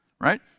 right